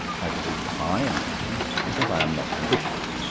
i believe i am happy because i am not ambitious.